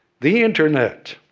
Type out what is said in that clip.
the internet,